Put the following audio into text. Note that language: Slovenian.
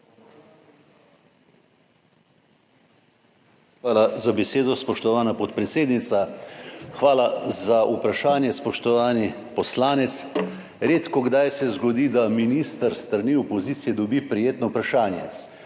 Hvala za besedo, spoštovana podpredsednica. Hvala za vprašanje, spoštovani poslanec. Redko kdaj se zgodi, da minister s strani opozicije dobi prijetno vprašanje,